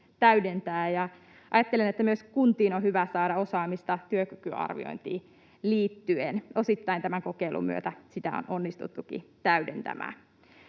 täydentää, ja ajattelen, että myös kuntiin on hyvä saada osaamista työkykyarviointiin liittyen. Osittain tämän kokeilun myötä sitä on onnistuttukin täydentämään.